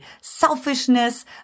selfishness